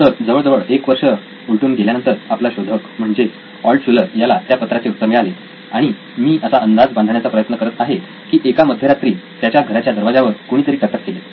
तर जवळजवळ एक वर्ष लुटून गेल्यानंतर आपला शोधक म्हणजेच ऑल्टशुलर याला त्या पत्राचे उत्तर मिळाले आणि मी असा अंदाज बांधण्याचा प्रयत्न करत आहे की एका मध्यरात्री त्याच्या घराच्या दरवाजावर कुणीतरी टक टक केले